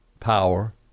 power